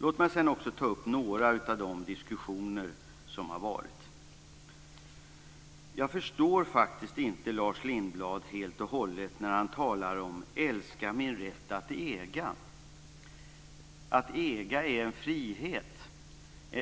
Låt mig sedan ta upp några av de diskussioner som har varit. Jag förstår faktiskt inte Lars Lindblad helt och hållet när han säger: Jag älskar min rätt att äga. Att äga är en frihet.